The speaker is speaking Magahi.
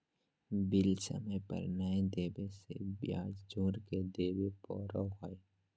बिल समय पर नयय देबे से ब्याज जोर के देबे पड़ो हइ